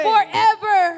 Forever